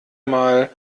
mal